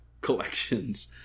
collections